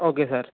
okay sir